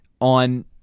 on